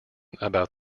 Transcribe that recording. about